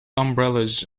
umbrellas